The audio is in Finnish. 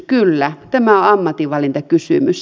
kyllä tämä on ammatinvalintakysymys